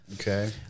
Okay